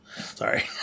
Sorry